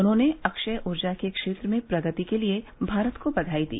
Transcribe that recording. उन्हॉने अक्षय ऊर्जा के क्षेत्र में प्रगति के लिए भारत को बवाई दी